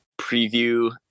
preview